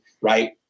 right